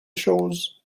chose